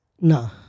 No